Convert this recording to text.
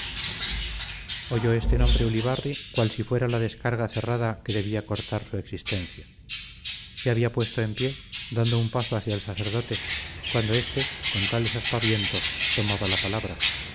oyó este nombre ulibarri cual si fuera la descarga cerrada que debía cortar su existencia se había puesto en pie dando un paso hacia el sacerdote cuando éste con tales aspavientos tomaba la palabra